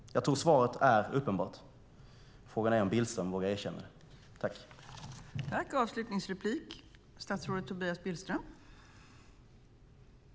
Jag tror att svaret är uppenbart. Frågan är om Billström vågar erkänna det. I detta anförande instämde Björn Söder .